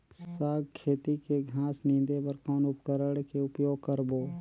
साग खेती के घास निंदे बर कौन उपकरण के उपयोग करबो?